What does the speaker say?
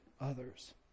others